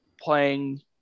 playing